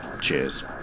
Cheers